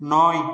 নয়